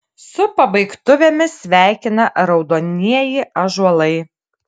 su pabaigtuvėmis sveikina raudonieji ąžuolai